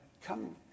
come